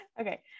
Okay